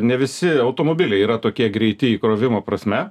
ne visi automobiliai yra tokie greiti įkrovimo prasme